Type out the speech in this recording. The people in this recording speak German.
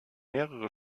mehrere